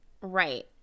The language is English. Right